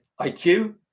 IQ